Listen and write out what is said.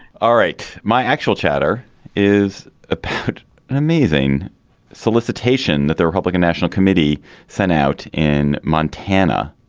all right. my actual chatter is about an amazing solicitation that the republican national committee sent out in montana.